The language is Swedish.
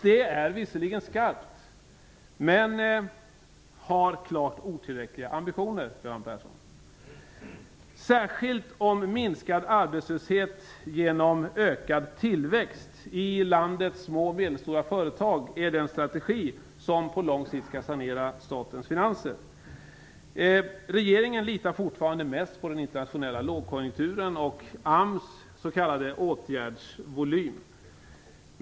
Det är visserligen skarpt, men det har klart otillräckliga ambitioner, Göran Persson. Det gäller särskilt om minskad arbetslöshet genom ökad tillväxt i landets små och medelstora företag är den strategi som på lång sikt skall sanera statens finanser. Regeringen litar fortfarande mest på den internationella konjunkturuppgången och AMS s.k. åtgärdsvolym.